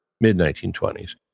Mid-1920s